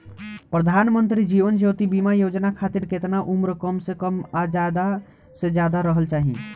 प्रधानमंत्री जीवन ज्योती बीमा योजना खातिर केतना उम्र कम से कम आ ज्यादा से ज्यादा रहल चाहि?